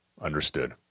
understood